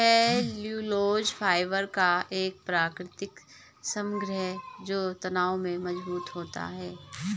cellulose fibre का एक प्राकृतिक समग्र जो तनाव में मजबूत होता है